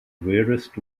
weirdest